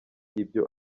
ibyo